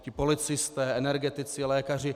Ti policisté, energetici, lékaři.